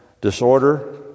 disorder